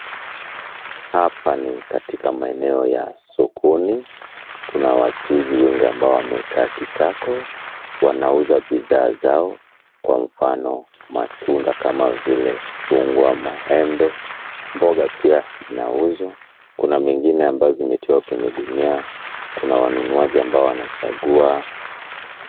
Hapa ni katika maeneo ya sokoni. Kuna wachuuzi wengi ambao wamekaa kitako, wanauza bidhaa zao kwa mfano matunda kama vile chungwa, maembe, mboga pia zinauzwa, kuna mengine ambazo zimetiwa kwenye gunia. Kuna wanunuaji ambao wanachagua.